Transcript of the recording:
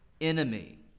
enemy